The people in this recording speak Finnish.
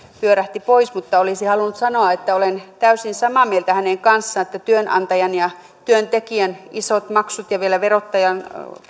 pyörähti pois mutta olisin halunnut sanoa että olen täysin samaa mieltä hänen kanssaan työnantajan ja työntekijän isoista maksuista ja vielä verottajaa